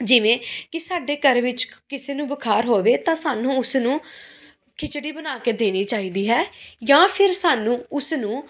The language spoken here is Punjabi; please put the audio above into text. ਜਿਵੇਂ ਕਿ ਸਾਡੇ ਘਰ ਵਿੱਚ ਕਿਸੇ ਨੂੰ ਬੁਖਾਰ ਹੋਵੇ ਤਾਂ ਸਾਨੂੰ ਉਸ ਨੂੰ ਖਿਚੜੀ ਬਣਾ ਕੇ ਦੇਣੀ ਚਾਹੀਦੀ ਹੈ ਜਾਂ ਫਿਰ ਸਾਨੂੰ ਉਸ ਨੂੰ